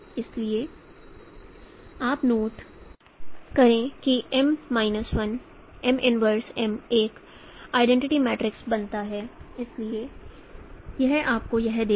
इसलिए xPd 0 xPd 0 तो x MM 1 Md आप नोट करे कि M 1M एक आइडेंटिटी मैट्रिक्स बनाता है इसलिए यह आपको यह देगा